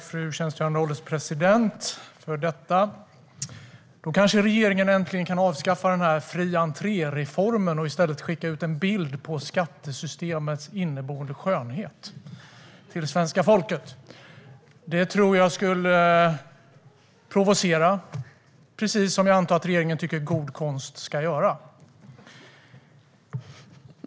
Fru ålderspresident! Då kanske regeringen äntligen kan avskaffa fri-entré-reformen och i stället skicka ut en bild på skattesystemets inneboende skönhet till svenska folket. Det tror jag skulle provocera, precis som jag antar att regeringen tycker att god konst ska göra.